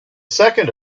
second